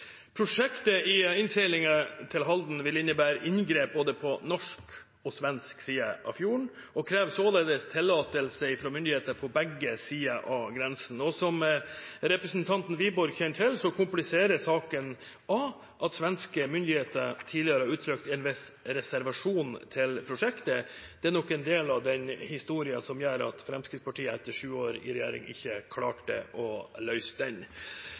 Prosjektet i innseilingen til Halden vil innebære inngrep på både norsk og svensk side av fjorden og krever således tillatelse fra myndigheter på begge sider av grensen. Som representanten Wiborg kjenner til, kompliseres saken av at svenske myndigheter tidligere har uttrykt en viss reservasjon til prosjektet. Det er nok en del av historien som gjør at Fremskrittspartiet etter sju år i regjering ikke klarte å løse den.